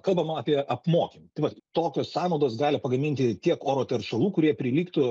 kalbama apie apmokymą tai vat tokios sąnaudos gali pagaminti tiek oro teršalų kurie prilygtų